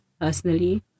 personally